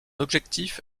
objectif